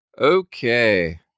Okay